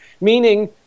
meaning